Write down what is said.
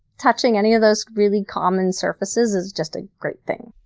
touching any of those really common surfaces is just a great thing.